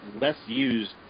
less-used